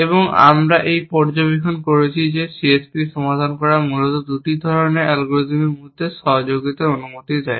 এবং আমরা এই পর্যবেক্ষণটি করেছি যে CSP সমাধান করা মূলত দুটি ধরণের অ্যালগরিদমের মধ্যে সহযোগিতার অনুমতি দেয়